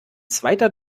zweiter